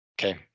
Okay